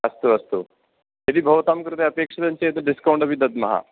अस्तु अस्तु यदि भवतां कृते अपेक्षितं चेत् डिस्कौण्ट् अपि दद्मः